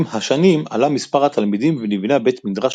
עם השנים עלה מספר התלמידים ונבנה בית מדרש